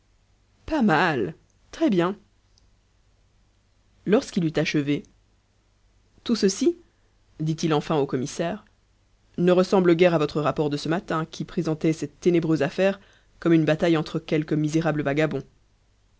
pas mal très-bien lorsqu'il eut achevé tout ceci dit-il enfin au commissaire ne ressemble guère à votre rapport de ce matin qui présentait cette ténébreuse affaire comme une bataille entre quelques misérables vagabonds